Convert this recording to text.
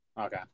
Okay